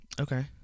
Okay